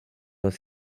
dans